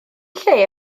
lle